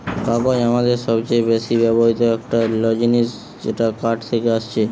কাগজ আমাদের সবচে বেশি ব্যবহৃত একটা ল জিনিস যেটা কাঠ থেকে আসছে